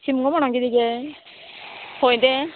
शिमगो म्हण किदें गे खंय तें